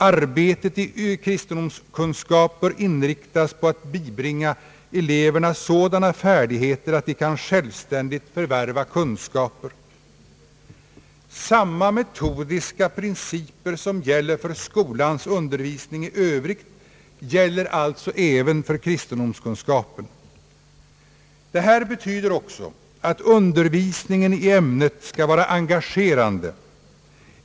Arbetet i kristendomskunskap bör inriktas på att bibringa eleverna sådana färdigheter, att de kan självständigt förvärva kunskaper. Samma metodiska principer som gäller för skolans undervisning i övrigt gäller alltså även för kristendomskunskapen. Det här betyder också att undervisningen i ämnet skall vara engagerande.